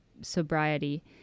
sobriety